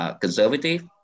conservative